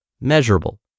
measurable